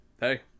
hey